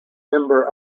member